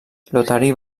lotari